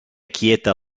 quieta